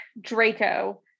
Draco